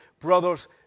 brother's